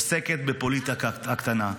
עוסקת בפוליטיקה הקטנה.